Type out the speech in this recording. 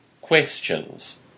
questions